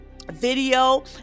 video